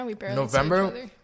November